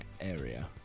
area